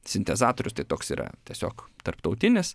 sintezatorius tai toks yra tiesiog tarptautinis